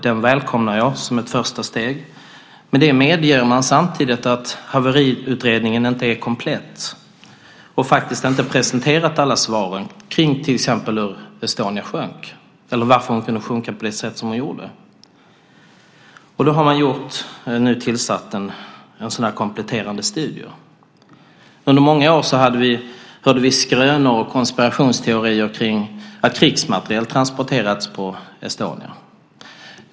Den välkomnar jag som ett första steg. Med detta medger man samtidigt att haveriutredningen inte är komplett och faktiskt inte har presenterat alla svar till exempel om hur Estonia sjönk eller varför hon kunde sjunka på det sätt som hon gjorde. Därför har man nu tillsatt en sådan kompletterande studie. Under många år hörde vi skrönor och konspirationsteorier om att krigsmateriel transporterats på Estonia.